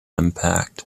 impact